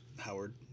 Howard